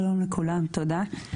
שלום לכולם, תודה.